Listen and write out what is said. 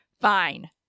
Fine